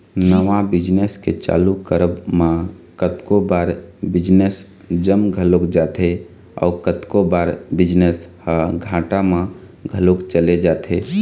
नवा बिजनेस के चालू करब म कतको बार बिजनेस जम घलोक जाथे अउ कतको बार बिजनेस ह घाटा म घलोक चले जाथे